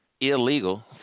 illegal